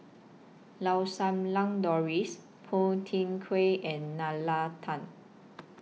Lau Sum Lang Doris Phua Thin Kiay and Nalla Tan